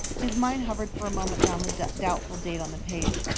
his mind hovered for a moment round the doubtful date on the page,